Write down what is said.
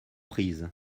prise